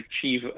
achieve